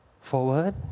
Forward